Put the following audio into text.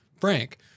Frank